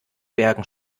bergen